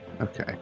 Okay